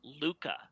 Luca